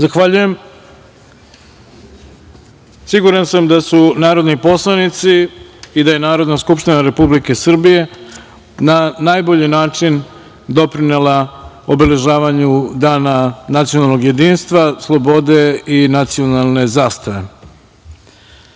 pisma. Zahvaljujem. Siguran sam da su narodni poslanici i da je Narodna skupština Republike Srbije na najbolji način doprinela obeležavanju Dana nacionalnog jedinstva, slobode i nacionalne zastave. Pošto